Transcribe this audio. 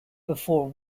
before